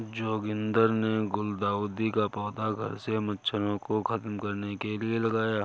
जोगिंदर ने गुलदाउदी का पौधा घर से मच्छरों को खत्म करने के लिए लगाया